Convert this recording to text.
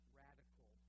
radical